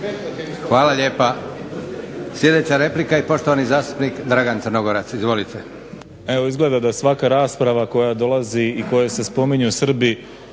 Hvala lijepa. Sljedeća replika i poštovani zastupnik Nedžad Hodžić. Izvolite